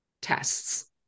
tests